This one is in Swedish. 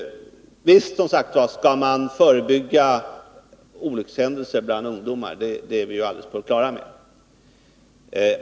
Visst skall man, som sagt, förebygga olyckshändelser bland ungdomar — det är vi alldeles på det klara med.